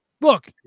Look